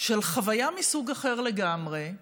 של חוויה מסוג אחר לגמרי.